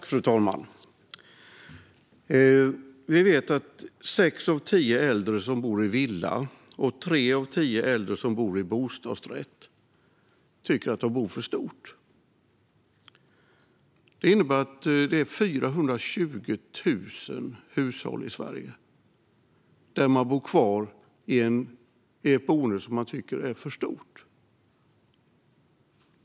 Fru talman! Vi vet att sex av tio äldre som bor i villa och tre av tio äldre som bor i bostadsrätt tycker att de bor för stort. Det innebär att det finns 420 000 hushåll i Sverige där man bor kvar i ett boende som man tycker är för stort.